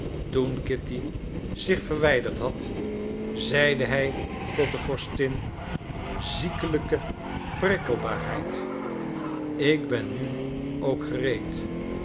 toen kitty zich verwijderd had zeide hij tot de vorstin ziekelijke prikkelbaarheid ik ben nu ook gereed